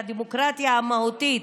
הדמוקרטיה המהותית,